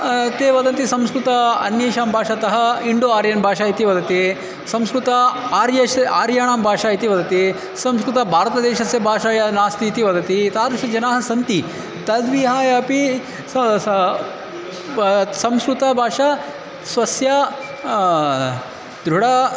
ते वदन्ति संस्कृतम् अन्येषां भाषातः इण्डो आर्यन् भाषा इति वदति संस्कृतम् आर्यस्य आर्याणां भाषा इति वदति संस्कृतं भारतदेशस्य भाषा नास्ति इति वदति तादृशजनाः सन्ति तद्विहायपि संस्कृतभाषा स्वस्य दृढं